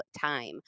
time